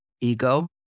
ego